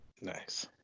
Nice